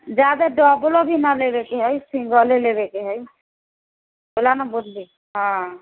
जादा डब्लो नहि लेबयके है सिङ्गले लेबयके है ओहिले ना बोललीह हँ